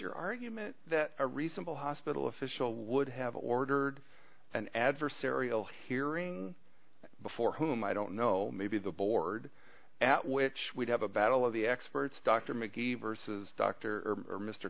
your argument that a reasonable hospital official would have ordered an adversarial hearing before whom i don't know maybe the board at which we'd have a battle of the experts dr mcgee versus dr or mr